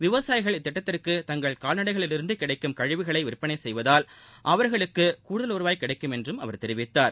விவசாயிகள் இத்திட்டத்திற்கு தங்கள் கால்நடைகளில் இருந்து கிடைக்கும் கழிவுகளை விற்பனை செய்வதால் அவர்களுக்கு கூடுதல் வருவாய் கிடைக்கும் என்று அவர் தெரிவித்தார்